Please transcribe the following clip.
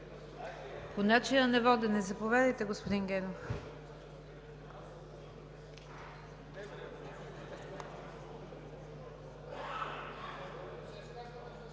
По начина на водене? Заповядайте, господин Генов.